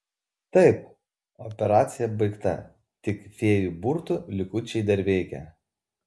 taip operacija baigta tik fėjų burtų likučiai dar veikia